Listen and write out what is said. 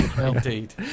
Indeed